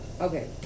Okay